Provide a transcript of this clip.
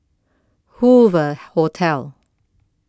Hoover Hotel